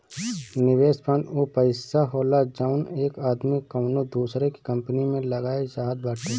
निवेस फ़ंड ऊ पइसा होला जउन एक आदमी कउनो दूसर की कंपनी मे लगाए चाहत बाटे